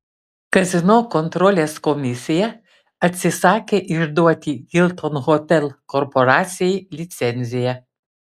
kazino kontrolės komisija atsisakė išduoti hilton hotel korporacijai licenciją